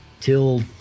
till